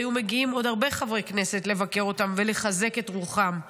היו מגיעים עוד הרבה חברי כנסת לבקר אותם ולחזק את רוחם,